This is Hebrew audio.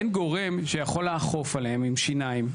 אין גורם שיכול לאכוף עליהם עם שיניים.